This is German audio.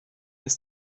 ist